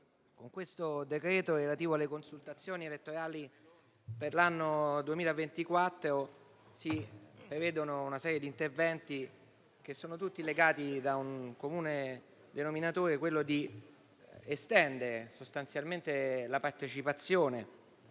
con questo decreto, relativo alle consultazioni elettorali per l'anno 2024, si prevedono una serie di interventi che sono tutti legati da un comune denominatore, che è quello di estendere la partecipazione